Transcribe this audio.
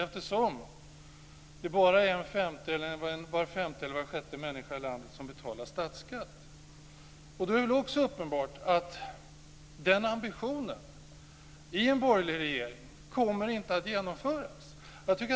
Det är bara var femte till var sjätte människa i landet som betalar statsskatt. Då är det också uppenbart att den ambitionen i en borgerlig regering inte kommer att genomföras.